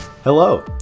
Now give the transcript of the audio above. Hello